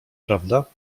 prawda